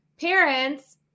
Parents